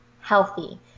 healthy